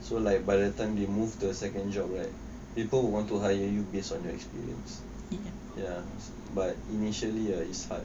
so like by the time move to the second job right people want to hire you based on your experience ya but initially is hard